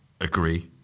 agree